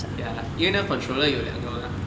ya 因为那个 controller 有两个吗